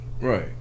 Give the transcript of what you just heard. Right